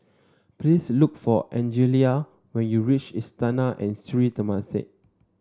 please look for Angelia when you reach Istana and Sri Temasek